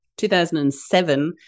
2007